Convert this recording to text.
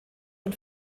und